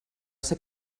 ser